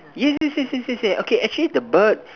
yes yes yes yes yes okay actually the bird